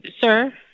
sir